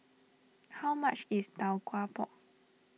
how much is Tau Kwa Pau